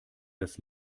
das